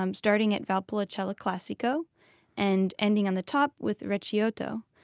um starting at valpolicella classico and ending on the top with recioto.